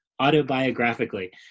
autobiographically